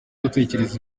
gutekereza